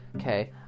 Okay